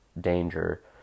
danger